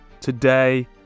Today